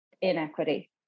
inequity